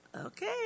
okay